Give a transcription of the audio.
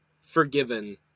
forgiven